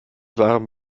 waren